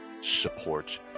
support